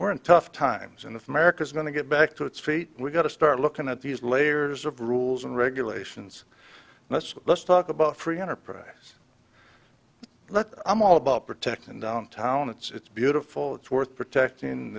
we're in tough times and the america's going to get back to its feet we've got to start looking at these layers of rules and regulations let's let's talk about free enterprise that i'm all about protecting downtown it's beautiful it's worth protecting